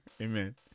amen